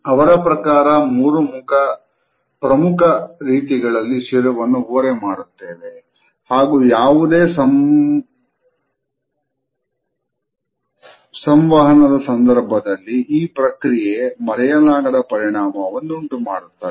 ಅವರ ಪ್ರಕಾರ ಮೂರು ಪ್ರಮುಖ ರೀತಿಗಳಲ್ಲಿ ಶಿರವನ್ನು ಓರೆ ಮಾಡುತ್ತೇವೆ ಹಾಗೂ ಯಾವುದೇ ಸಂವಹನದ ಸಂದರ್ಭದಲ್ಲಿ ಈ ಪ್ರಕ್ರಿಯೆ ಮರೆಯಲಾಗದ ಪರಿಣಾಮವನ್ನುಂಟುಮಾಡುತ್ತದೆ